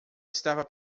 estava